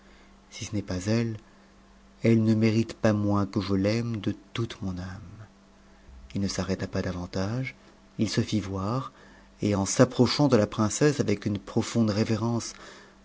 si ce n'est pas ette elle ne mérite pas moins que je l'aime de toute mon âme il ne s'arrêta pas davantage il se fit voir et en s'approchant de la princesse avec une profonde révérence